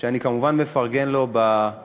שאני כמובן מפרגן לו על